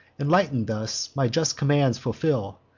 enlighten'd thus, my just commands fulfil,